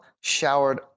showered